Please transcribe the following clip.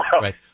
Right